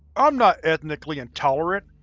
i'm not ethnically intolerant.